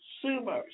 consumers